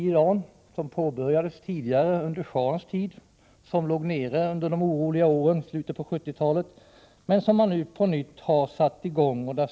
Projektet påbörjades under schahens tid, låg nere under de oroliga åren i slutet av 1970-talet och har nu åter satts i gång.